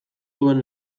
zuen